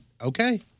Okay